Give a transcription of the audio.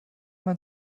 man